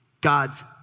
God's